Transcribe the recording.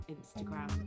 Instagram